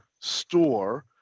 store